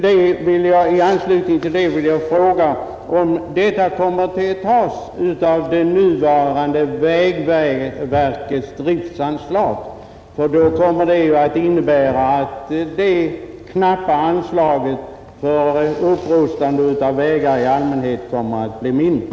Kommer det beloppet att tas av vägverkets nuvarande driftsanslag? Det skulle ju innebära att det knappa anslaget till upprustning av vägar blir mindre.